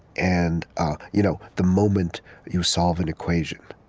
and ah you know the moment you solve an equation.